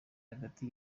hagati